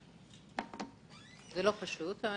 זה לא פשוט.